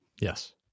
Yes